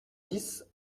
dix